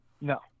No